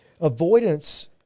avoidance